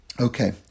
Okay